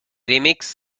remix